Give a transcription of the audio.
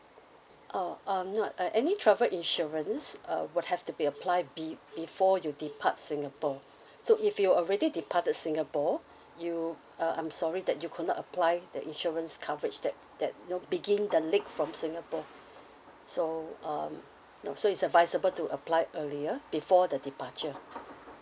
oh um no uh any travel insurance uh would have to be applied be~ before you depart singapore so if you already departed singapore you uh I'm sorry that you could not apply the insurance coverage that that you know begin the leg from singapore so um no so it's advisable to apply earlier before the departure